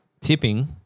tipping